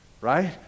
Right